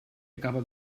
acaba